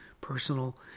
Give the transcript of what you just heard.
personal